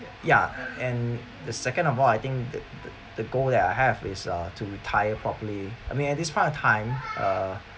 ya and the second of all I think the the goal that I have is uh to retire properly I mean at this point of time uh